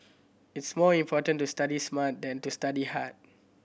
it's more important to study smart than to study hard